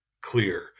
clear